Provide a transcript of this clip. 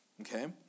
Okay